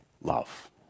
love